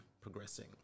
progressing